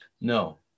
No